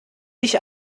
ich